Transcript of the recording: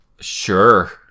Sure